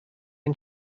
and